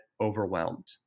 overwhelmed